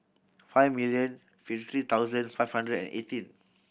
five million fifty thousand five hundred and eighteen